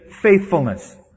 faithfulness